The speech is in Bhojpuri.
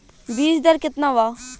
बीज दर केतना वा?